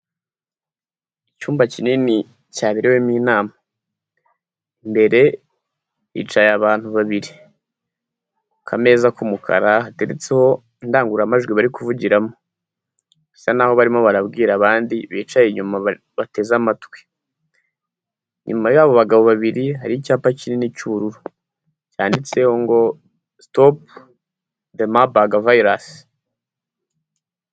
Icyumba kinini cyaberewemo inama. Imbere hicaye abantu babiri. Akameza k'umukara hateretseho indangururamajwi bari kuvugiramo. Bisa naho barimo barabwira abandi bicaye inyuma bateze amatwi. Inyuma yabo bagabo babiri hari icyapa kinini cy'ubururu. Cyanditseho ngo: "Stop the Marburg Virus."